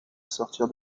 sortir